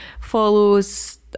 follows